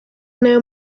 nayo